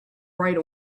right